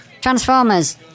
Transformers